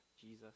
Jesus